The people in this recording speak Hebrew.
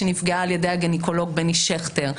שנפגעה על ידי הגניקולוג בני שכטר,